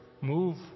Move